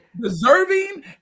deserving